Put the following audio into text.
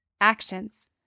Actions